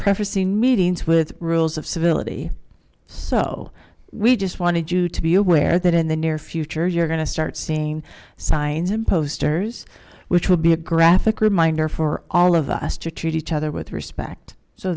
prefacing meetings with rules of civility so we just wanted you to be aware that in the near future you're going to start seeing signs in posters which would be a graphic reminder for all of us to treat each other with respect so